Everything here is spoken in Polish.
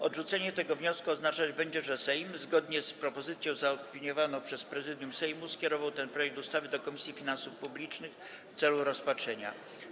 Odrzucenie tego wniosku oznaczać będzie, że Sejm, zgodnie z propozycją zaopiniowaną przez Prezydium Sejmu, skierował ten projekt ustawy do Komisji Finansów Publicznych w celu rozpatrzenia.